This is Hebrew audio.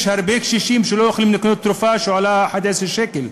יש הרבה קשישים שלא יכולים לקנות תרופה שעולה 11 שקל.